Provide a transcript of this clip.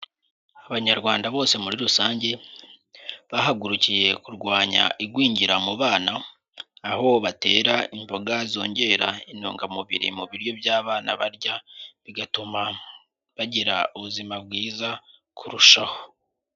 Abanyarwanda bose muri rusange bahagurukiye kurwanya igwingira mu bana, aho batera imboga zongera intungamubiri mu biryo by'abana barya, bigatuma bagira ubuzima bwiza kurushaho.